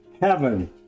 Heaven